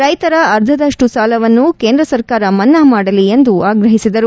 ರೈತರ ಅರ್ಧದಷ್ಟು ಸಾಲವನ್ನು ಕೇಂದ್ರ ಸರ್ಕಾರ ಮನ್ನಾ ಮಾಡಲಿ ಎಂದು ಆಗ್ರಹಿಸಿದರು